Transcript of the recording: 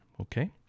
Okay